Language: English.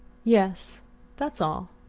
yes that's all.